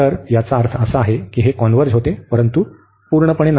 तर याचा अर्थ असा आहे की हे कॉन्व्हर्ज होते परंतु पूर्णपणे नाही